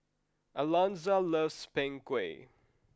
Alonza loves Png Kueh